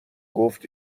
گفت